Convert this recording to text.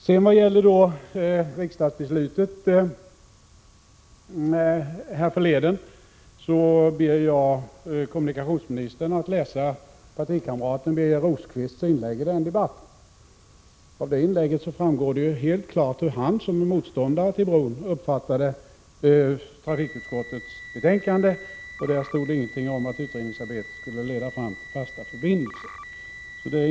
I vad gäller riksdagsbeslutet härförleden ber jag kommunikationsministern att läsa partikamraten Birger Rosqvists inlägg i den debatten. Av det framgår helt klart hur han, som är motståndare till bron, uppfattade trafikutskottets betänkande, och där stod det ingenting om att utredningsarbetet skulle leda fram till fasta förbindelser.